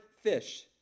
fish